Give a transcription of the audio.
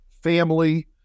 family